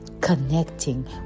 connecting